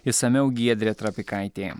išsamiau giedrė trapikaitė